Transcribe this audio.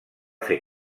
fer